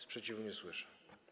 Sprzeciwu nie słyszę.